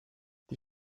die